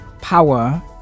power